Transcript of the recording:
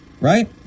Right